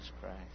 Christ